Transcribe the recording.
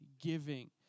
giving